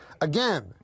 Again